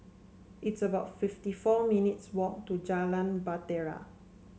it's about fifty four minutes walk to Jalan Bahtera